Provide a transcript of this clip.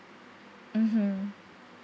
mmhmm